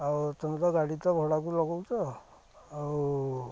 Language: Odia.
ଆଉ ତୁମେ ତ ଗାଡ଼ି ତ ଭଡ଼ାକୁ ଲଗାଉଛ ଆଉ